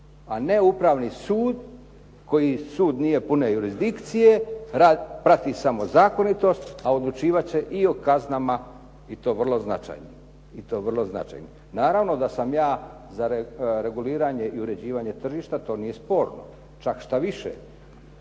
A ne upravni sud koji sud nije pune jurizdikcije, rad, prati samo zakonitost a odlučivati će i o kaznama i to vrlo značajnim. I to vrlo značajnim. Naravno da sam ja za reguliranje i uređivanje tržišta, to nije sporno. Čak štoviše,